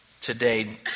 today